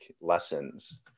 lessons